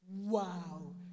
Wow